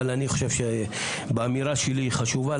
אבל אני חושב שהאמירה שלי חשובה,